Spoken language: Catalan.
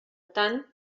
tant